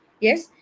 Yes